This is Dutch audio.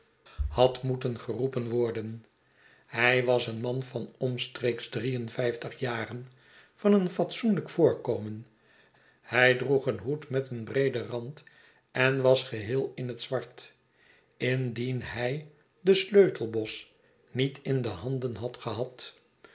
had moeten geroepen worden hij was een man van omstreeks drie en vijftig jaren van een fatsoenlijk voorkomen hij droeg een hoed met een breeden rand en was geheel in het zwart indien hij den sleutelbos niet in de handen had gehad